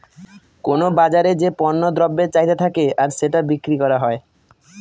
কোনো বাজারে যে পণ্য দ্রব্যের চাহিদা থাকে আর সেটা বিক্রি করা হয়